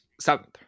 seventh